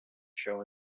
show